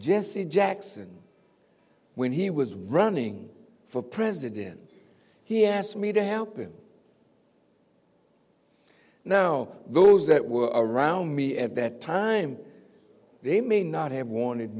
jesse jackson when he was running for president he asked me to help him know those that were around me at that time they may not have wanted